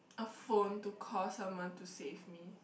a phone to call someone to save me